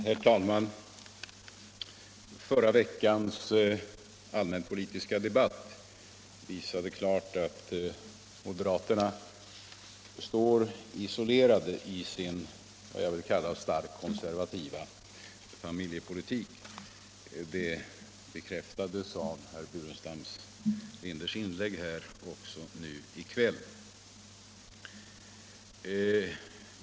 Herr talman! Förra veckans allmänpolitiska debatt visade klart att moderaterna står isolerade i sin vad jag vill kalla starkt konservativa familjepolitik. Det bekräftades av herr Burenstam Linders inlägg här i kväll.